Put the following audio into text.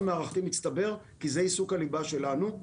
מערכתי מצטבר כי זה עיסוק הליבה שלנו.